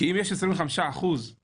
כי אם יש 25% שלא